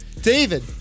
David